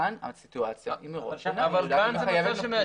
כאן כבר